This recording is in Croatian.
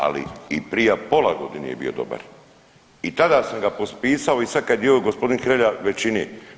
Ali i prije pola godine je bio dobar i tada sam ga potpisao i sada kada je evo gospodin Hrelja u većini.